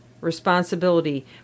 responsibility